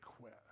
quit